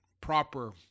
proper